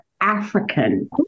african